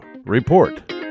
Report